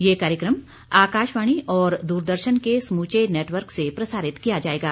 यह कार्यक्रम आकाशवाणी और दूरदर्शन के समूचे नेटवर्क से प्रसारित किया जाएगा